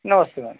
नमस्ते मैम